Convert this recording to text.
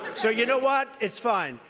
so, you know what? it's fine.